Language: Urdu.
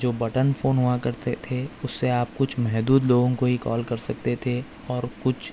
فون بٹن ہوا کرتے تھے اس سے آپ کچھ محدود لوگوں کو ہی کال کر سکتے تھے اور کچھ